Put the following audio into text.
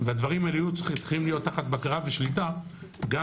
והדברים האלה יהיו צריכים להיות תחת בקרה ושליטה גם